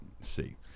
see